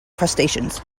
crustaceans